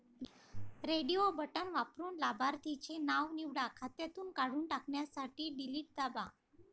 radio button वापरून लाभार्थीचे नाव निवडा, खात्यातून काढून टाकण्यासाठी डिलीट दाबा